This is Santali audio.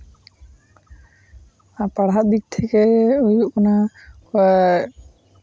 ᱟᱨ ᱯᱟᱲᱦᱟᱜ ᱫᱤᱠ ᱛᱷᱮᱠᱮ ᱦᱩᱭᱩᱜ ᱠᱟᱱᱟ